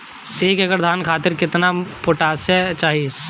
एक एकड़ धान खातिर केतना पोटाश चाही?